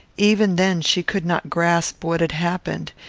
even then she could not grasp what had happened,